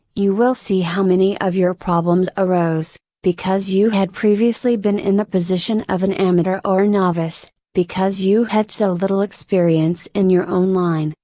you will see how many of your problems arose, because you had previously been in the position of an amateur or novice, because you had so little experience in your own line,